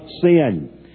sin